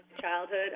childhood